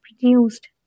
produced